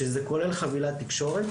שזה כולל חבילת תקשורת.